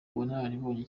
ubunararibonye